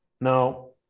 Now